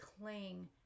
cling